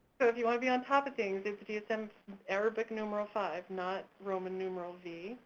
so if you wanna be on top of things, it's dsm arabic numeral five, not roman numeral v